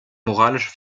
moralische